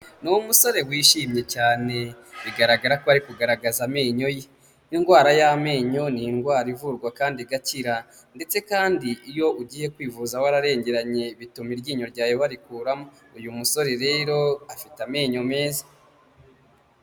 Ni umusore wishimye cyane, bigaragara ko ari kugaragaza amenyo ye, indwara y'amenyo ni indwara ivurwa kandi igakira ndetse kandi iyo ugiye kwivuza wararengeranye bituma iryinyo ryawe barikuramo, uyu musore rero afite amenyo meza.